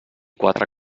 quatre